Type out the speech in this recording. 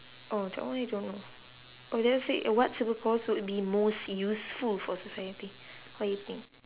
oh that one I don't know oh that one said uh what superpowers would be most useful for society what do you think